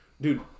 dude